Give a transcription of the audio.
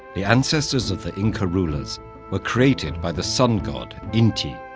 the ancestors of the inca rulers were created by the sun god inti,